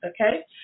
Okay